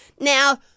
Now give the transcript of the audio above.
Now